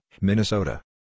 Minnesota